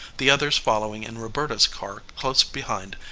the others following in roberta's car close behind,